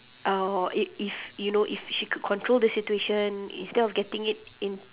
or i~ if you know if she could control the situation instead of getting it in